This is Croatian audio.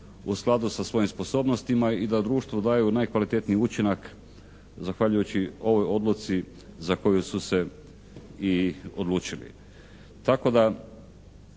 u skladu sa svojim sposobnostima i da društvu daju najkvalitetniji učinak zahvaljujući ovoj odluci za koju su se i odlučili.